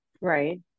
Right